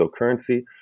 cryptocurrency